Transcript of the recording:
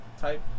type